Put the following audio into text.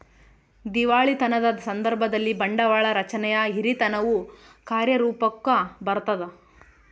ದಿವಾಳಿತನದ ಸಂದರ್ಭದಲ್ಲಿ, ಬಂಡವಾಳ ರಚನೆಯ ಹಿರಿತನವು ಕಾರ್ಯರೂಪುಕ್ಕ ಬರತದ